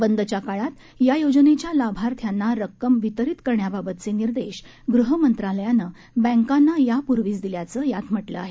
बंदच्या काळात या योजनेच्या लाभार्थ्यांना रक्कम वितरित करण्याबाबतचे निर्देश गृहमंत्रालयाने बँकांना यापूर्वीच दिल्याचं यात म्हटलं आहे